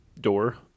door